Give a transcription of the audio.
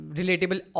relatable